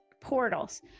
portals